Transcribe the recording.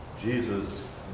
Jesus